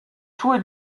tue